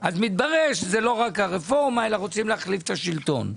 אז מתברר שזה לא רק הרפורמה אלא רוצים להחליף את השלטון.